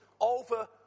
over